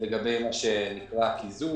וביטוח